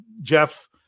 Jeff